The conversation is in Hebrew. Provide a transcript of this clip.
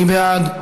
מי בעד?